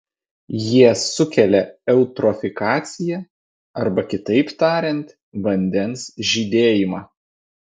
jie sukelia eutrofikaciją arba kitaip tariant vandens žydėjimą